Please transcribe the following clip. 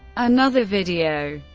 another video,